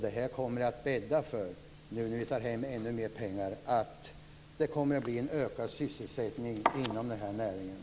Det kommer att bädda för en ökad sysselsättning inom näringen.